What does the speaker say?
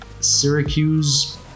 Syracuse